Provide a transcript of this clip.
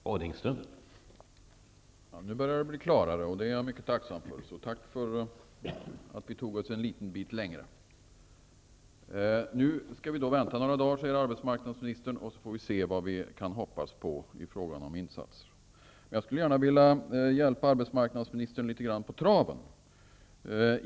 Herr talman! Nu börjar det att bli klarare, och det är jag mycket tacksam för. Tack för att vi tog oss en liten bit längre. Arbetsmarknadsministern sade att vi skall vänta några dagar, och sedan får vi se vad vi har att hoppas på i fråga om insatser. Jag skulle gärna vilja hjälpa arbetsmarknadsministern litet grand på traven.